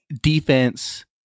defense